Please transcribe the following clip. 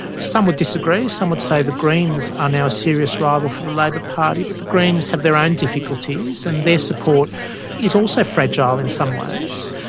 some would disagree some would say the greens are now a serious rival for the labor party, but the greens have their own difficulties, and their support is also fragile in some ways.